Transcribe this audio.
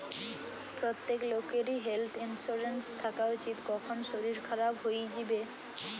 প্রত্যেক লোকেরই health insurance থাকা উচিত, কখন শরীর খারাপ হই যিবে